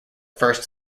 first